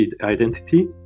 identity